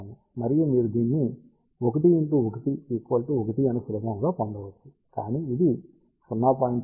మరియు మీరు దీన్ని 1 1 1 అని సులభముగా పొందవచ్చు కానీ ఇది 0